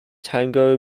tango